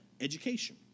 education